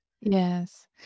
yes